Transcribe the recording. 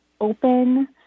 open